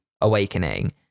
awakening